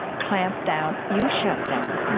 clamp down, you shut down.